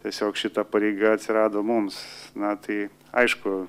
tiesiog šita pareiga atsirado mums na tai aišku